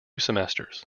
semesters